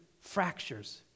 fractures